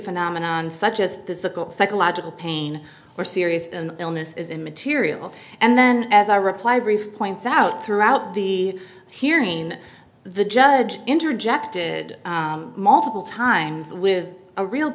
phenomenon such as physical psychological pain or serious and illness is immaterial and then as i reply brief points out throughout the hearing the judge interjected multiple times with a real